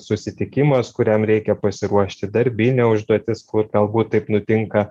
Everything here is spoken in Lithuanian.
susitikimas kuriam reikia pasiruošti darbinė užduotis kur galbūt taip nutinka